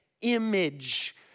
image